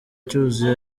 cyuzuye